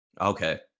Okay